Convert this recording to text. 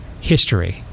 history